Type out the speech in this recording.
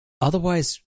Otherwise